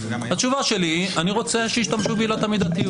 התשובה שלי היא, אני רוצה שישתמשו בעילת המידתיות.